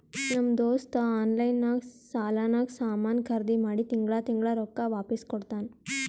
ನಮ್ ದೋಸ್ತ ಆನ್ಲೈನ್ ನಾಗ್ ಸಾಲಾನಾಗ್ ಸಾಮಾನ್ ಖರ್ದಿ ಮಾಡಿ ತಿಂಗಳಾ ತಿಂಗಳಾ ರೊಕ್ಕಾ ವಾಪಿಸ್ ಕೊಡ್ತಾನ್